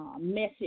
message